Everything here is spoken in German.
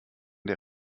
der